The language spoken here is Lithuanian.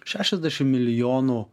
šešiasdešim milijonų